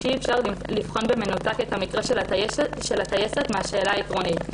שאי אפשר לבחון במנותק את המקרה של הטייסת מן השאלה העקרונית.